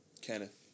Kenneth